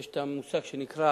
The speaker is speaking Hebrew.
יש המושג שנקרא